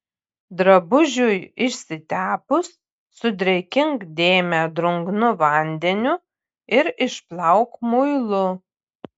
drabužiui išsitepus sudrėkink dėmę drungnu vandeniu ir išplauk muilu